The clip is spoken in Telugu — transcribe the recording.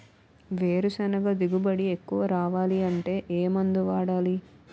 వేరుసెనగ దిగుబడి ఎక్కువ రావాలి అంటే ఏ మందు వాడాలి?